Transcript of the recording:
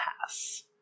pass